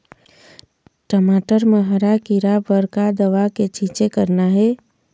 टमाटर म हरा किरा बर का दवा के छींचे करना ये?